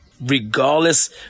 Regardless